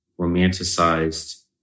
romanticized